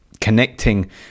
connecting